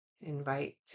invite